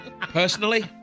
Personally